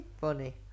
Funny